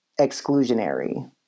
exclusionary